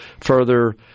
further